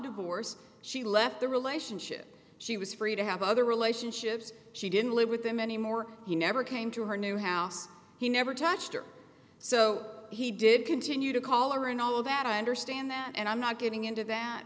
divorce she left the relationship she was free to have other relationships she didn't live with them anymore he never came to her new house he never touched her so he did continue to color and all of that i understand that and i'm not giving in to that